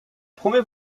premier